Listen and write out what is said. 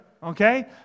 Okay